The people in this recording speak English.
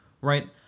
right